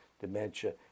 dementia